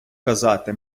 казати